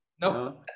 no